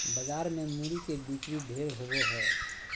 बाजार मे मूरी के बिक्री ढेर होवो हय